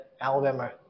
Alabama